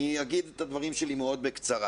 אני אגיד את הדברים שלי מאוד בקצרה.